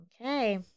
Okay